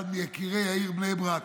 אחד מיקירי העיר בני ברק.